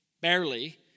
barely